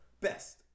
Best